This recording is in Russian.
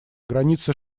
границы